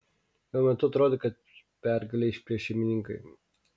jo metu atrodė kad pergalę išplėš šeimininkai